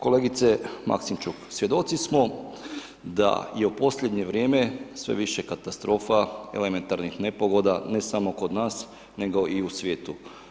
Kolegice Maksimčuk, svjedoci smo da je u posljednje vrijeme sve više katastrofa, elementarnih nepogoda ne samo kod nas nego i u svijetu.